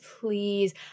please